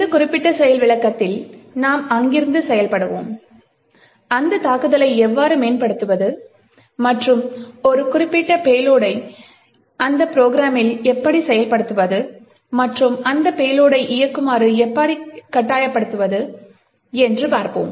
இந்த குறிப்பிட்ட செயல் விளக்கத்தில் நாம் அங்கிருந்து செயல்படுவோம் அந்த தாக்குதலை எவ்வாறு மேம்படுத்துவது மற்றும் ஒரு குறிப்பிட்ட பேலோடை அந்த ப்ரோக்ராம்மில் எப்படி செலுத்துவது மற்றும் அந்த பேலோடை இயக்குமாறு எப்படி கட்டாயப்படுத்துவது என்று பார்ப்போம்